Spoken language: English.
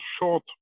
short